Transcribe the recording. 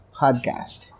podcast